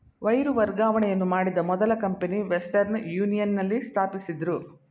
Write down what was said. wire ವರ್ಗಾವಣೆಯನ್ನು ಮಾಡಿದ ಮೊದಲ ಕಂಪನಿ ವೆಸ್ಟರ್ನ್ ಯೂನಿಯನ್ ನಲ್ಲಿ ಸ್ಥಾಪಿಸಿದ್ದ್ರು